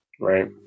right